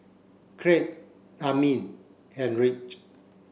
Kraig Amin and Ridge